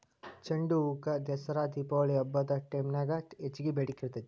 ಚಂಡುಹೂಕ ದಸರಾ ದೇಪಾವಳಿ ಹಬ್ಬದ ಟೈಮ್ನ್ಯಾಗ ಹೆಚ್ಚಗಿ ಬೇಡಿಕಿ ಇರ್ತೇತಿ